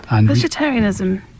Vegetarianism